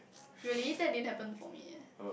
really that didn't happened for me eh